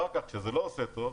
אחר כך כשזה לא עושה טוב,